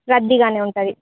రద్దీగానే ఉంటుంది